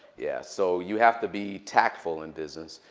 yeah, so you have to be tactful in business.